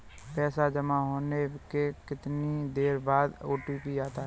पैसा जमा होने के कितनी देर बाद ओ.टी.पी आता है?